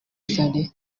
saleh